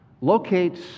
locates